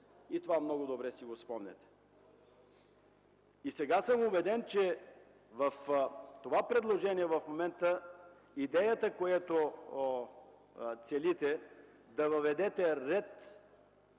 Това много добре си го спомняте. И сега съм убеден, че идеята на това предложение в момента и това, което целите, е да въведете такъв